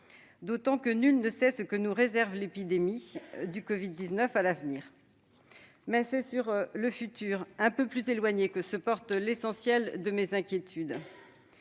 d'autant que nul ne sait ce que nous réserve l'épidémie de covid-19 à l'avenir. C'est sur l'avenir un peu plus éloigné que se porte l'essentiel de mes inquiétudes.